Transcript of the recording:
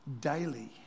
daily